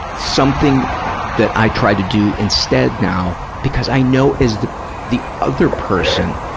something that i try to do instead now because i know as the the other person,